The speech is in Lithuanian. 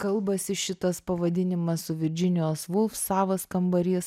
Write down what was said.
kalbasi šitas pavadinimas su virdžinijos vulf savas kambarys